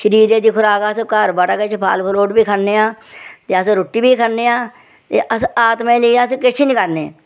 शरीरे दी खुराक अस घर बाहरा किश फल फ्रूट बी खन्ने आं ते अ रूट्टी बी खन्ने आं ते अस आत्मा लेई अस किश नेईं करने